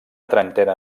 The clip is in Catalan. trentena